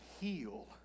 heal